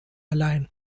allein